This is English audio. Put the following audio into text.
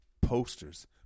posters